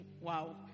wow